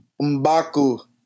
M'Baku